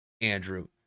Andrew